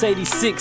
86